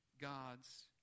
gods